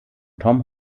tom